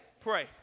Pray